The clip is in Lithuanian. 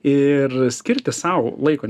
ir skirti sau laiko